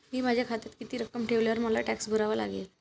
मी माझ्या खात्यात किती रक्कम ठेवल्यावर मला टॅक्स भरावा लागेल?